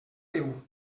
riu